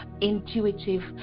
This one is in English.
intuitive